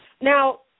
Now